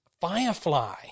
Firefly